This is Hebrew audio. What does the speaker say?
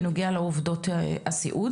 בנוגע לעובדות הסיעוד.